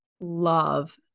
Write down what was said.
love